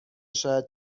شاید